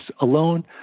alone